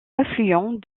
affluent